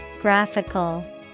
Graphical